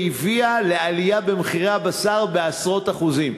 מחלוקת שהביאה לעלייה במחירי הבשר בעשרות אחוזים.